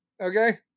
okay